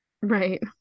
Right